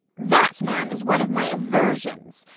that man is one of my aversions.